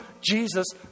Jesus